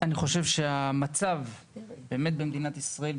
אני חושב שהמצב באמת במדינת ישראל,